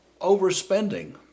overspending